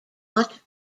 not